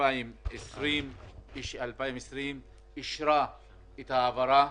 2020 אישרה את ההעברה.